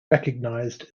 recognized